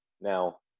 Now